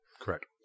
Correct